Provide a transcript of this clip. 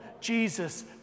Jesus